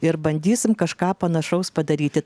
ir bandysim kažką panašaus padaryti